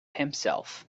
himself